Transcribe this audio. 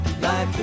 life